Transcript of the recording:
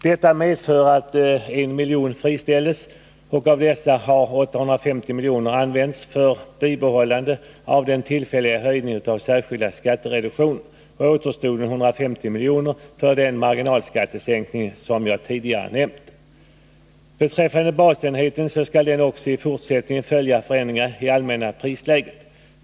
Detta medför att en miljard kronor friställs, och av dessa skall 850 miljoner användas för bibehållande av den tillfälliga höjningen av den särskilda skattereduktionen. Återstoden, 150 miljoner, används för den marginalskattesänkning som jag tidigare nämnt. Basenheten skall också i fortsättningen följa förändringar i det allmänna prisläget.